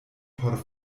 por